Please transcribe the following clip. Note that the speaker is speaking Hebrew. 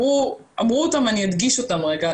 ואמרו אותם, ואני אדגיש אותם רגע.